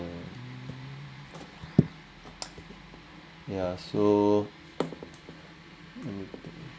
ya so